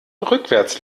rückwärts